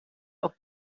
auf